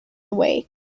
awake